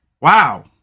wow